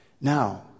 Now